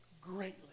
greatly